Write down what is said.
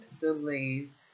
delays